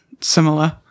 similar